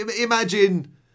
Imagine